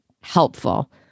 helpful